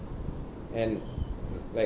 and like